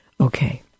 okay